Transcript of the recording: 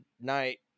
night